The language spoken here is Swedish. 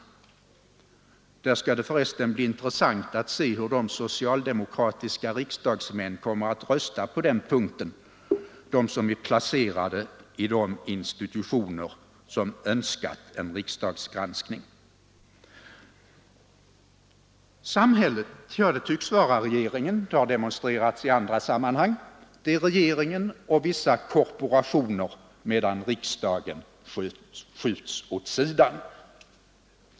På den punkten skall det förresten bli intressant att se hur de socialdemokratiska riksdagsmän kommer att rösta som är placerade i de institutioner som önskat en riksdagsgranskning. ”Samhället” tycks vara regeringen — det har demonstrerats i andra sammanhang — och vissa korporationer, medan riksdagen skjuts åt sidan.